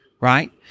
right